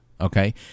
Okay